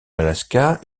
alaska